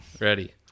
Ready